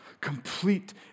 Complete